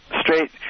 straight